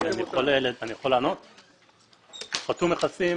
הופחתו מכסים.